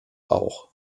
auch